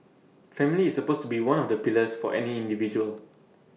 family is supposed to be one of the pillars for any individual